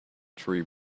tree